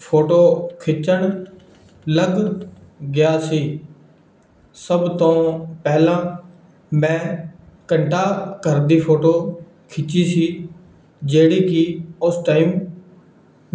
photo ਖਿੱਚਣ ਲੱਗ ਗਿਆ ਸੀ ਸਭ ਤੋਂ ਪਹਿਲਾਂ ਮੈਂ ਘੰਟਾ ਘਰ ਦੀ ਫੋਟੋ ਖਿੱਚੀ ਸੀ ਜਿਹੜੀ ਕਿ ਉਸ ਟਾਈਮ